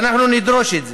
ואנחנו נדרוש את זה.